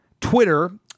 Twitter